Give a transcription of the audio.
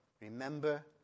Remember